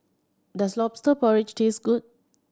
does Lobster Porridge taste good